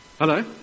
Hello